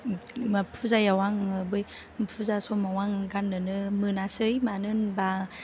फुजायाव आङो बै फुजा समाव आं गाननोनो मोनासै मानो होनबा